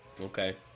Okay